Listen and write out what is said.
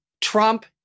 Trump